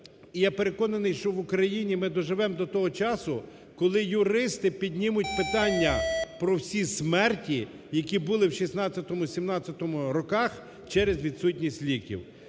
І я переконаний, що в Україні ми доживемо до того часу, коли юристи піднімуть питання про всі смерті, які були в 2016-2017 роках через відсутність ліків.